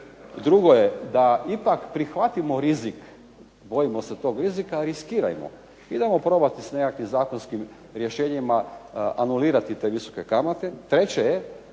Drugo je da ipak prihvatimo rizik, bojimo se tog rizika. Riskirajmo. Idemo probati s nekakvim zakonskim rješenjima anulirati te visoke kamate. Treće je,